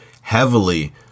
heavily